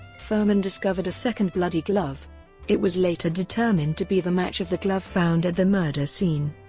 fuhrman discovered a second bloody glove it was later determined to be the match of the glove found at the murder scene.